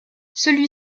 celui